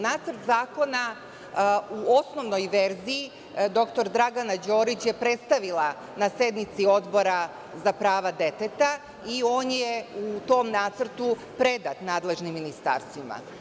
Nacrt zakona u osnovnoj verziji dr Dragana Đorić je predstavila na sednici Odbora za prava deteta i on je u tom nacrtu predat nadležnim ministarstvima.